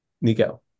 Nico